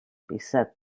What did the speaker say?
beset